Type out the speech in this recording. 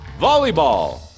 Volleyball